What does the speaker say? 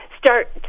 Start